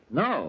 no